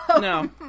No